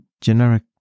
Generic